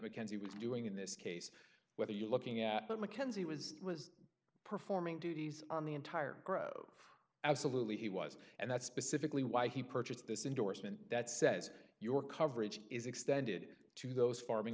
mackenzie was doing in this case whether you're looking at what mackenzie was was performing duties on the entire absolutely he was and that's specifically why he purchased this indorsement that says your coverage is extended to those farming